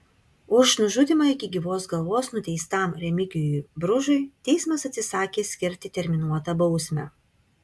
už nužudymą iki gyvos galvos nuteistam remigijui bružui teismas atsisakė skirti terminuotą bausmę